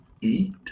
eat